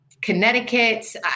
Connecticut